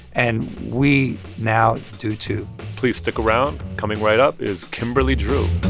and we, now, do too please stick around. coming right up is kimberly drew